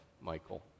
Michael